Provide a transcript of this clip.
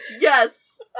Yes